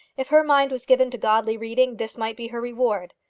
if her mind was given to godly reading, this might be her reward.